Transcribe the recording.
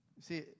See